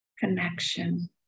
connection